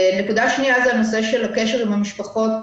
נקודה שנייה היא הנושא של הקשר עם המשפחות,